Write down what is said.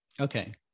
Okay